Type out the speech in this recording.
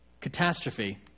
Catastrophe